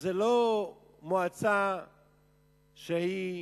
זה לא מועצה שהיא